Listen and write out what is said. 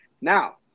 Now